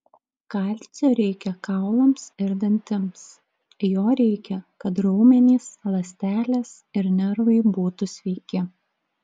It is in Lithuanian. kalcio reikia kaulams ir dantims jo reikia kad raumenys ląstelės ir nervai būtų sveiki